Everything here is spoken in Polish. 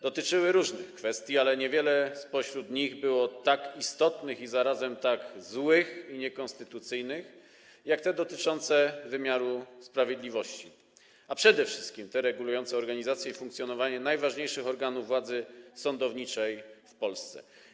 Dotyczyły różnych kwestii, ale niewiele spośród nich było tak istotnych i zarazem tak złych i niekonstytucyjnych jak te dotyczące wymiaru sprawiedliwości, a przede wszystkim te regulujące organizację i funkcjonowanie najważniejszych organów władzy sądowniczej w Polsce.